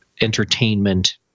entertainment